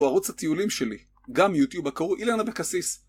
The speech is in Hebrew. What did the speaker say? או ערוץ הטיולים שלי, גם יוטיוב הקר... הנה אילנה בקסיס.